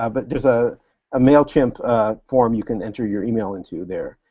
um but there's a ah mailchimp form you can enter your email into there.